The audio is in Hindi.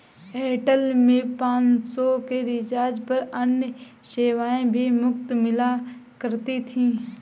एयरटेल में पाँच सौ के रिचार्ज पर अन्य सेवाएं भी मुफ़्त मिला करती थी